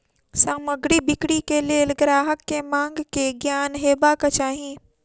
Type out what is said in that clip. सामग्री बिक्री के लेल ग्राहक के मांग के ज्ञान हेबाक चाही